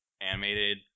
animated